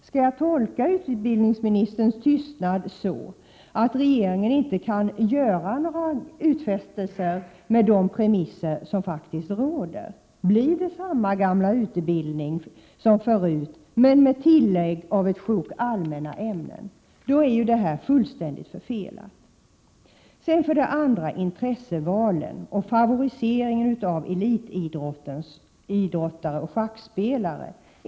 Skall jag tolka utbildningsministerns tystnad på det sättet att regeringen inte kan göra några utfästelser med de premisser som faktiskt råder? Blir det samma gamla utbildning som förut, men med tillägg av ett tjog allmänna ämnen? Då är alltihop fullständigt förfelat. Vidare frågade jag om intressevalen och favoriseringen av elitidrottare och schackspelare.